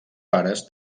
pares